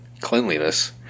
cleanliness